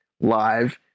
Live